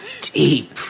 deep